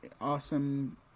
awesome